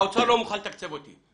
האוצר לא מוכן לתקצב אותי.